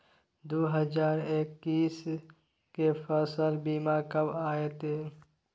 दु हजार एक्कीस के फसल बीमा कब अयतै?